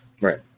Right